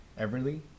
Everly